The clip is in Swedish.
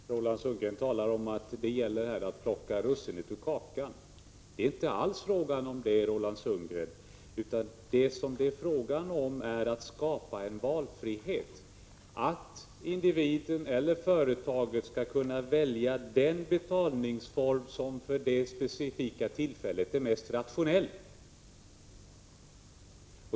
Herr talman! Roland Sundgren säger att det handlar om att plocka russinen ur kakan. Det är det inte alls, Roland Sundgren. Det handlar om att skapa en valfrihet, att individen eller företaget vid det specifika tillfället skall kunna välja den betalningsform som är mest rationell.